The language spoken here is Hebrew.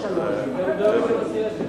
עכשיו, ואחר כך עוד שלוש הסתייגויות.